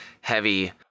heavy